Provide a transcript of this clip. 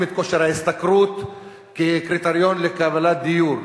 את כושר ההשתכרות כקריטריון לקבלת דיור.